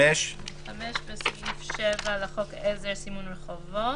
בסעיף 7 לחוק עזר סימון רחובות.